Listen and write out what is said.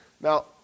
Now